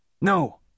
No